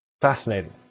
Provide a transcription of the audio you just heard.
fascinating